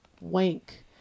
wank